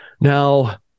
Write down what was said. now